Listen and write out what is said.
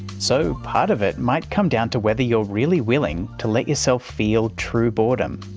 so, part of it might come down to whether you're really willing to let yourself feel true boredom.